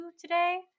today